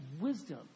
wisdom